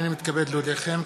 הנני מתכבד להודיעכם,